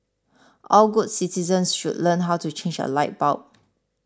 all good citizens should learn how to change a light bulb